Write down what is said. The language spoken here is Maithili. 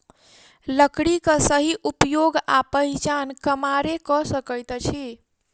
लकड़ीक सही उपयोग आ पहिचान कमारे क सकैत अछि